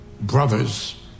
brothers